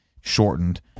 shortened